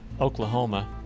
oklahoma